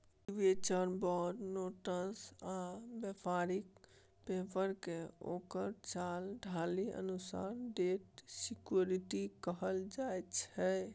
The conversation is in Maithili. डिबेंचर, बॉड, नोट्स आ बेपारिक पेपरकेँ ओकर चाल ढालि अनुसार डेट सिक्युरिटी कहल जाइ छै